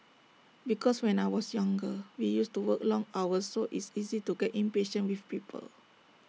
because when I was younger we used to work long hours so it's easy to get impatient with people